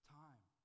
time